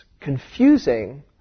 confusing